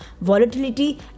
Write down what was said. volatility